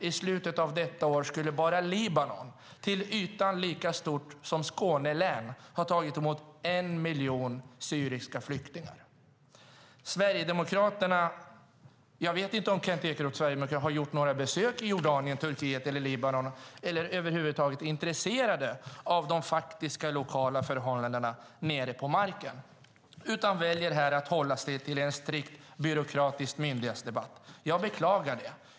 I slutet av detta år skulle bara Libanon, till ytan lika stort som Skåne län, ha tagit emot en miljon syriska flyktingar. Jag vet inte om Kent Ekeroth och Sverigedemokraterna har gjort några besök i Jordanien, Turkiet eller Libanon eller över huvud taget är intresserade av de lokala förhållandena nere på marken, utan de väljer att hålla sig till en strikt byråkratisk myndighetsdebatt. Jag beklagar det.